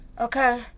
Okay